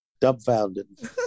dumbfounded